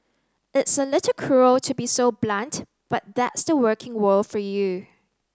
it's a little cruel to be so blunt but that's the working world for you